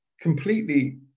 completely